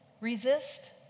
Resist